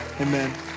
Amen